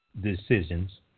decisions